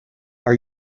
are